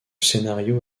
scénario